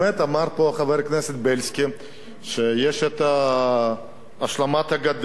אמר פה חבר הכנסת בילסקי שיש השלמת הגדר,